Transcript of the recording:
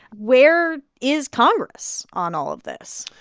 where is congress on all of this?